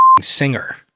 singer